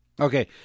okay